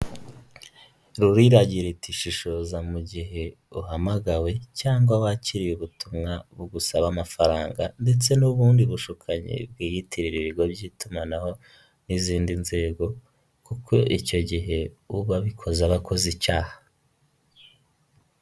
Rura iragira iti ishishoza mu gihe uhamagawe, cyangwa wakiriye ubutumwa bugusaba amafaranga, ndetse n'ubundi bushukanyi bwiyitirira ibigo by'itumanaho n'izindi nzego, kuko icyo gihe uba abikoze aba akoze icyaha.